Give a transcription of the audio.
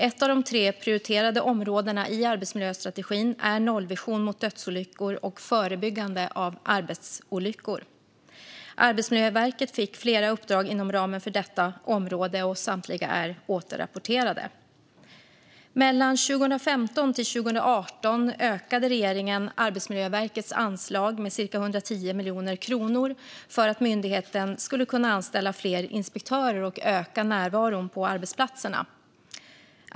Ett av de tre prioriterade områdena i arbetsmiljöstrategin är nollvision mot dödsolyckor och förebyggande av arbetsolyckor. Arbetsmiljöverket fick flera uppdrag inom ramen för detta område. Samtliga är återrapporterade. Mellan 2015 och 2018 ökade regeringen Arbetsmiljöverkets anslag med ca 110 miljoner kronor för att myndigheten skulle kunna anställa fler inspektörer och öka närvaron på arbetsplatserna.